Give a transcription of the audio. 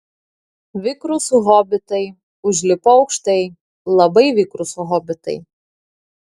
vikrūs hobitai užlipo aukštai labai vikrūs hobitai